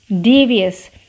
devious